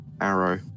arrow